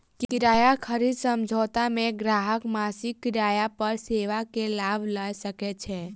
किराया खरीद समझौता मे ग्राहक मासिक किराया पर सेवा के लाभ लय सकैत छै